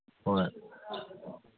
ꯍꯣꯏ